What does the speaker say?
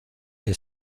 que